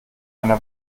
eine